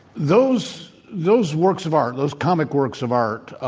those those works of art, those comic works of art,